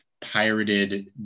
pirated